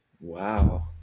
Wow